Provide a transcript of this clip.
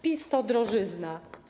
PiS to drożyzna.